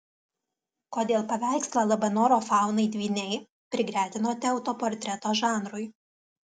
kodėl paveikslą labanoro faunai dvyniai prigretinote autoportreto žanrui